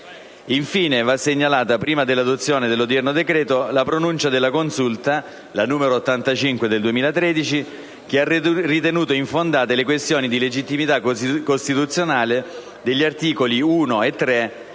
Infine, va segnalata - prima dell'adozione dell'odierno decreto - la pronuncia n. 85 del 2013 della Consulta, che ha ritenuto infondate le questioni di legittimità costituzionale degli articoli 1 e 3